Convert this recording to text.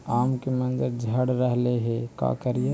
आम के मंजर झड़ रहले हे का करियै?